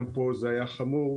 גם פה זה היה חמור,